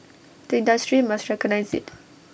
the industry must recognise IT